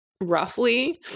roughly